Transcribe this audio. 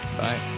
Bye